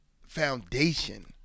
foundation